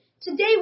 Today